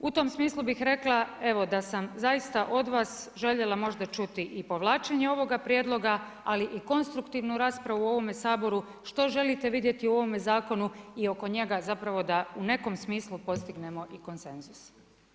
U tom smislu bih rekla evo da sam zaista od vas željela možda čuti i povlačenje ovoga prijedloga, ali i konstruktivnu raspravu u ovome Saboru što želite vidjeti u ovome zakonu i oko njega zapravo da u nekom smislu postignemo i konsenzus.